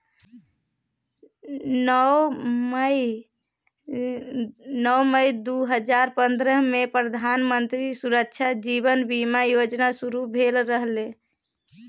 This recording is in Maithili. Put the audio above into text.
नौ मई दु हजार पंद्रहमे प्रधानमंत्री सुरक्षा जीबन बीमा योजना शुरू भेल रहय